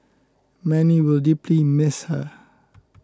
many will deeply miss her